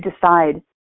decide